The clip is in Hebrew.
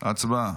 הצבעה.